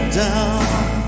down